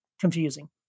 confusing